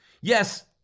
Yes